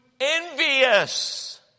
envious